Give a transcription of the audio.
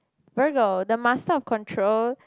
Virgo the master of control